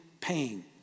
pain